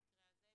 במקרה הזה,